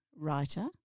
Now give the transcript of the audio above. writer